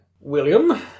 William